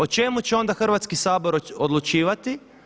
O čemu će onda Hrvatski sabor odlučivati?